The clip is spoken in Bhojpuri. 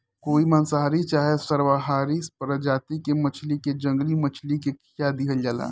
कोई मांसाहारी चाहे सर्वाहारी प्रजाति के मछली के जंगली मछली के खीया देहल जाला